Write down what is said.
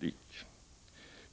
inlägg.